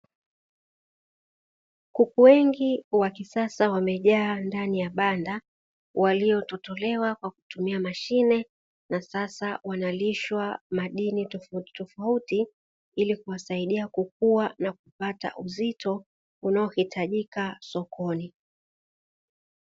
Kuku wengi wa kisasa wamejaa ndani ya banda waliototolewa kwa kutumia mashine, na sasa wanalishwa madini tofautitofauti, ili kuwasaidia kukua na kupata uzito unaohitajika sokoni.